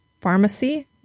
Pharmacy